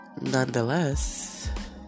Nonetheless